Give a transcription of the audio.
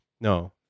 No